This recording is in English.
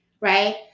right